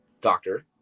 doctor